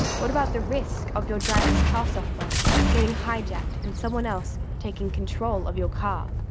what about the risk of your driverless car software getting hijacked and someone else taking control of your car?